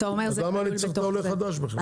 אז למה אני צריך את העולה החדש בכלל?